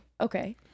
okay